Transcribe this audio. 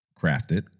Crafted